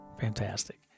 Fantastic